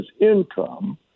income